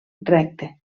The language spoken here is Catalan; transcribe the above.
recte